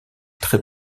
très